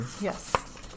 Yes